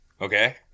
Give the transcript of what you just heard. Okay